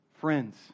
Friends